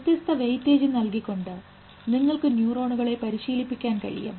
വ്യത്യസ്ത വെയ്റ്റേജ് നൽകിക്കൊണ്ട് നിങ്ങൾക്ക് ന്യൂറോണുകൾ പരിശീലിപ്പിക്കാൻ കഴിയും